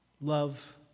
love